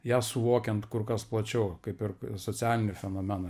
ją suvokiant kur kas plačiau kaip ir socialinį fenomeną